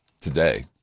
today